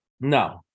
No